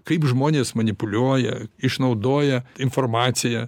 kaip žmonės manipuliuoja išnaudoja informaciją